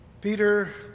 Peter